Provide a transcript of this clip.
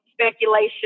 speculation